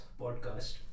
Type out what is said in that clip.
podcast